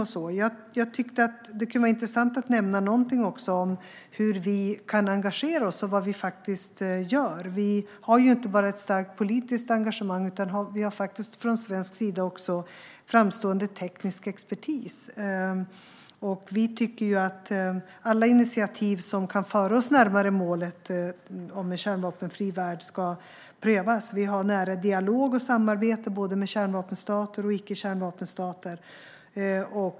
Det kunde också vara intressant att nämna någonting om hur vi kan engagera oss och vad vi faktiskt gör. Vi har ju inte bara ett starkt politiskt engagemang, utan vi har från svensk sida även framstående teknisk expertis. Vi tycker att alla initiativ som kan föra oss närmare målet om en kärnvapenfri värld ska prövas. Vi har nära dialog och samarbete med både kärnvapenstater och icke-kärnvapenstater.